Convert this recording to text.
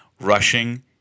Rushing